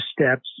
steps